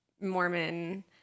Mormon